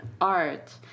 art